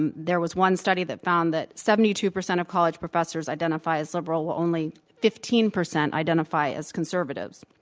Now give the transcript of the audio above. um there was one study that found that seventy two percent of college professors identify as liberal, while only fifteen percent identify as conservative.